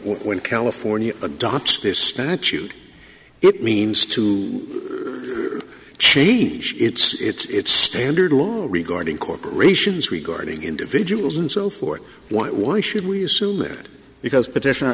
when california adopts this statute it means to change its standard to all regarding corporations regarding individuals and so forth why should we assume that because petition